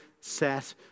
set